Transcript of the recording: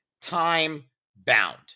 time-bound